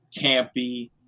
campy